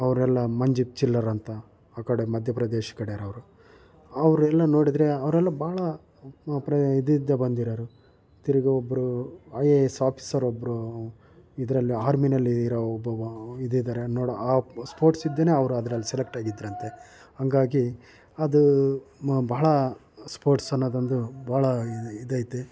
ಅವರೆಲ್ಲ ಮಂಜೀತ್ ಚಿಲ್ಲರ್ ಅಂತ ಆ ಕಡೆ ಮಧ್ಯಪ್ರದೇಶ್ ಕಡೆಯವರವ್ರು ಅವರೆಲ್ಲ ನೋಡಿದರೆ ಅವರೆಲ್ಲ ಬಹಳ ಪ್ರ ಇದರಿಂದ ಬಂದಿರೋರು ತಿರುಗಾ ಒಬ್ಬರು ಐ ಎ ಎಸ್ ಆಫೀಸರ್ ಒಬ್ಬರು ಇದರಲ್ಲಿ ಆರ್ಮಿನಲ್ಲಿ ಇರೋ ಒಬ್ಬ ಇದಿದ್ದಾರೆ ನೋಡು ಆ ಸ್ಪೋರ್ಟ್ಸಿಂದನೇ ಅವರು ಅದ್ರಲ್ಲಿ ಸೆಲೆಕ್ಟಾಗಿದ್ದರಂತೆ ಹಾಗಾಗಿ ಅದು ಮ ಭಾಳ ಸ್ಪೋರ್ಟ್ಸ್ ಅನ್ನೋದೊಂದು ಬಹಳ ಇದೈತೆ